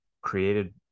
created